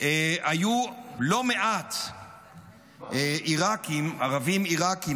היו לא מעט ערבים עיראקים,